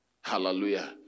Hallelujah